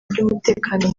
by’umutekano